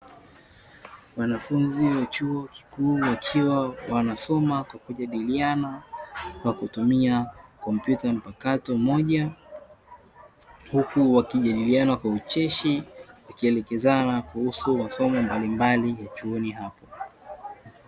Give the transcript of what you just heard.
Wanafunzi wa chuo kikuu wakiwa wanasoma kwa kujadiliana kwa kutumia kompyuta mpakato moja, huku wakijadiliana kwa ucheshi wakielekezana kuhusu masomo mbalimbali ya chuoni hapo.